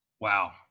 Wow